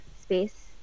space